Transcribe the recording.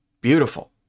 Beautiful